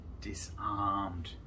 disarmed